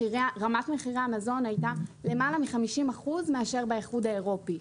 רמת מחירי המזון הייתה למעלה מ-50 אחוז מאשר באיחוד האירופי.